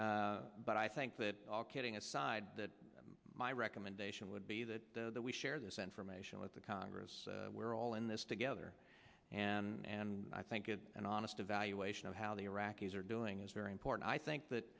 but but i think that all kidding aside that my recommendation would be that we share this information with the congress we're all in this together and i think is an honest evaluation of how the iraqis are doing is very important i think that